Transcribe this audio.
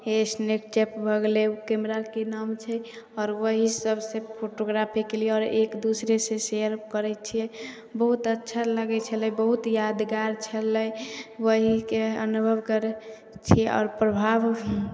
escape भऽ गेलै ओ कैमराके नाम छै आओर वही सबसे फोटोग्राफी केलियै आओर एक दूसरे से शेयर करै छियै बहुत अच्छा लगै छलै बहुत यादगार छलै वहीँके अनुभव करै छियै आओर प्रभावो